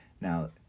Now